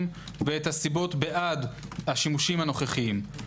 ואת הסיבות בעד השימושים הנוכחיים.